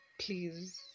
please